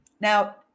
Now